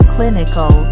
Clinical